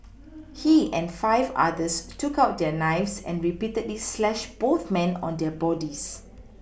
he and five others took out their knives and repeatedly slashed both men on their bodies